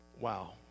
Wow